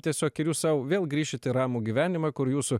tiesiog ir jūs sau vėl grįšit į ramų gyvenimą kur jūsų